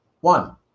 One